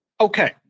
Okay